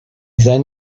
then